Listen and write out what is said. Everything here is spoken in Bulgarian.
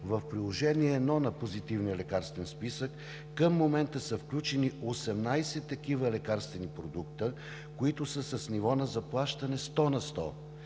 в Приложение № 1 на Позитивния лекарствен списък към момента са включени 18 такива лекарствени продукта, които са с ниво на заплащане 100 на 100,